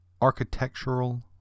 architectural